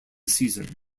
season